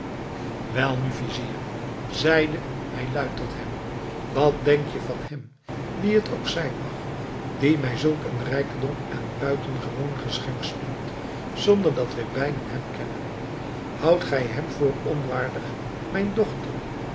welnu vizier zeide hij luid tot hem wat denk je van hem wie t ook zijn mag die mij zulk een rijk en buitengewoon geschenk stuurt zonder dat wij beiden hem kennen houdt gij hem voor onwaardig mijn dochter